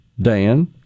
Dan